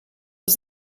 was